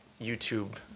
YouTube